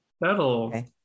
that'll